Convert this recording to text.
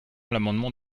l’amendement